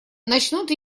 начнут